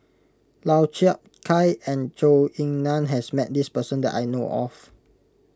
Lau Chiap Khai and Zhou Ying Nan has met this person that I know of